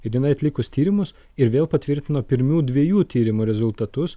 ir tenai atlikus tyrimus ir vėl patvirtino pirmų dviejų tyrimų rezultatus